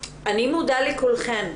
אני מודה לכולכן,